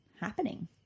happening